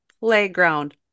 playground